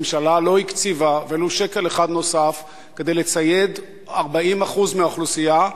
הממשלה לא הקציבה ולו שקל אחד נוסף כדי לצייד 40% מהאוכלוסייה,